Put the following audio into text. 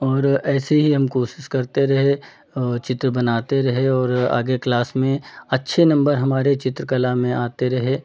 और ऐसे ही हम कोशिश करते रहे और चित्र बनाते रहे और आगे क्लास में अच्छे नंबर हमारे चित्रकला में आते रहे